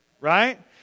right